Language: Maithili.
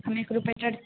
हमे एक रिपोर्टर छी